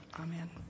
Amen